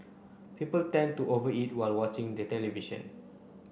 people tend to over eat while watching the television